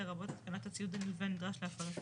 לרבות התקנת הציוד הנלווה הנדרש להפעלתו,